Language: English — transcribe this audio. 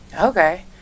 Okay